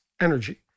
energy